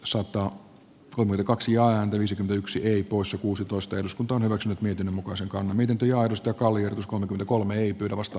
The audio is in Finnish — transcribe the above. sota kolme rikoksiaan tulisi yksi y kuusi kuusitoista eduskunta on hyväksynyt miten osakkaana mitenkä johdosta kallio uskonut akolme ei pyydä vasta